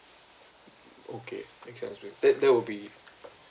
okay makes sense that that would be